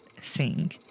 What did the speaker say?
sing